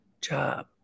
job